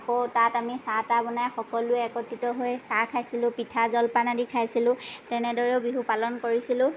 আকৌ তাত আমি চাহ তাহ বনাই সকলোৱে একত্ৰিত হৈ চাহ খাইছিলো পিঠা জলপান আদি খাইছিলোঁ তেনেদৰেও বিহু পালন কৰিছিলোঁ